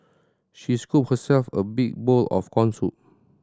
she scooped herself a big bowl of corn soup